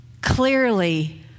Clearly